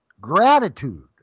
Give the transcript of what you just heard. gratitude